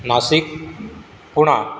Nashik Pune